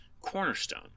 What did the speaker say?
cornerstone